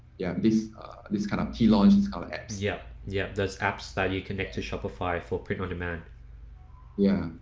yeah, this is kind of she launched its collapse, yeah, yeah this app study connect to shopify for print-on-demand yeah,